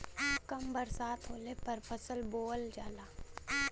कम बरसात होले पर फसल बोअल जाला